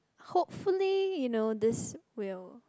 hopefully you know this will